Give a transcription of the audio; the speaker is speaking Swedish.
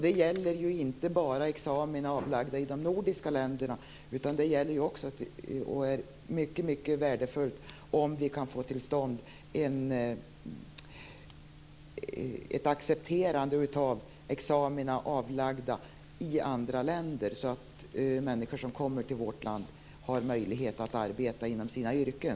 Det gäller inte bara examina som är avlagd i de nordiska länderna, utan det är också mycket värdefullt om vi kan få till stånd ett accepterande av examina som är avlagd i andra länder, så att människor som kommer till vårt land har möjlighet att arbeta inom sina yrken.